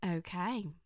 Okay